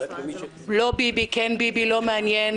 לא ביבי, כן ביבי, לא מעניין.